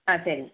ஆ சரிங்க